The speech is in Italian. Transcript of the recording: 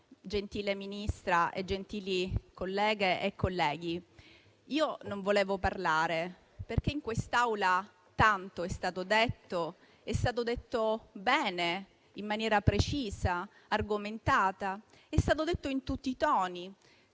gentile Ministra, gentili colleghe e colleghi, non volevo parlare perché in quest'Aula è stato detto tanto e bene, in maniera precisa e argomentata, in tutti i toni,